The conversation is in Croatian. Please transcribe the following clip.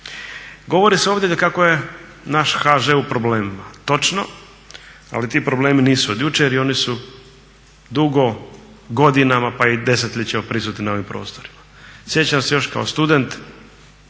Govori se ovdje kako je naš HŽ u problemima. Točno, ali ti problemi nisu od jučer i oni su dugo, godinama, pa i desetljećima prisutni na ovim prostorima. Sjećam se još kao student